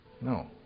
no